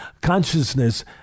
consciousness